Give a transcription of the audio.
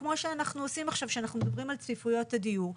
כמו שאנחנו עושים עכשיו כשאנחנו מדברים על צפיפויות לדיור,